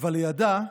אבל לידה,